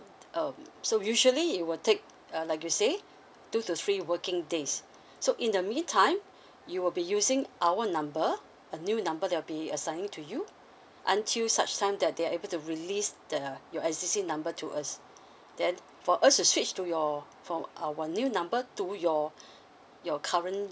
um so usually it will take uh like you say two to three working days so in the mean time you will be using our number a new number there will be assigning to you until such time that they are able to release the your existing number to us then for us to switch to your from our new number to your your current